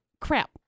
Crap